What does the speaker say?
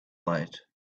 light